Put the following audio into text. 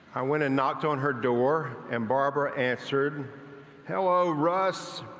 i went and knocked on her door and dara answered hello, russ.